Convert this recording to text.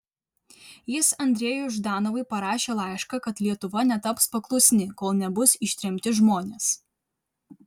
jis andrejui ždanovui parašė laišką kad lietuva netaps paklusni kol nebus ištremti žmonės